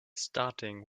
starting